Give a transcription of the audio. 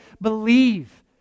believe